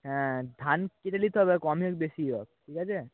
হ্যাঁ ধান কেটে নিতে হবে কমই হোক বেশিই হোক ঠিক আছে